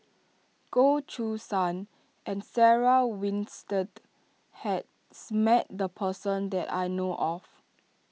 Goh Choo San and Sarah Winstedt has met the person that I know of